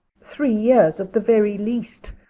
three years at the very least.